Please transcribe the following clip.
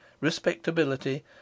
respectability